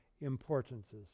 importances